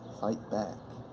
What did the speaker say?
fight back,